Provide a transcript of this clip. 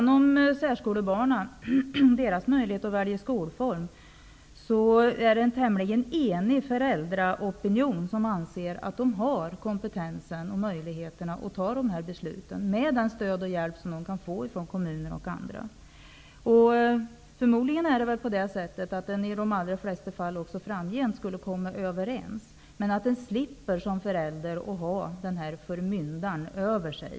När det gäller särskolebarnens rätt att välja skolgång anser en tämligen enig föräldraopinion att föräldrarna har kompetensen och möjligheten att fatta dessa beslut med det stöd och den hjälp de kan få från kommunerna och andra. Förmodligen kommer även framgent föräldrarna och huvudmännen överens i de allra flesta fall. Men föräldrarna borde slippa att ha en förmyndare över sig.